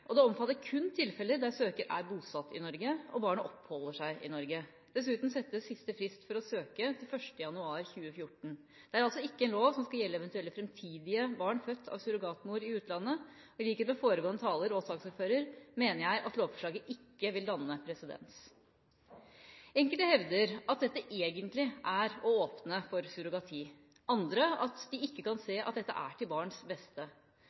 og det omfatter kun tilfeller der søker er bosatt i Norge og barnet oppholder seg i Norge. Dessuten settes siste frist for å søke til 1. januar 2014. Det er altså ikke en lov som skal gjelde eventuelle framtidige barn født av surrogatmor i utlandet. I likhet med foregående taler og saksordføreren mener jeg at lovforslaget ikke vil danne presedens. Enkelte hevder at dette egentlig er å åpne for surrogati, andre at de ikke kan se at dette er til barns beste.